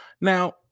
Now